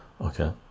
okay